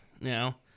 now